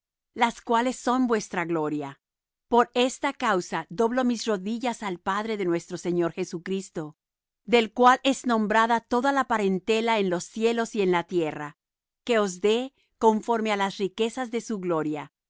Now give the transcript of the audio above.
las cuales son vuestra gloria por esta causa doblo mis rodillas al padre de nuestro señor jesucristo del cual es nombrada toda la parentela en los cielos y en la tierra que os dé conforme á las riquezas de su gloria